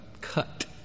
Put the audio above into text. cut